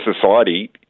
society